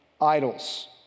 idols